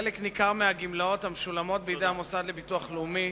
חלק ניכר מהגמלאות המשולמות בידי המוסד לביטוח לאומי